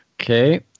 Okay